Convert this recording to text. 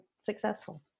successful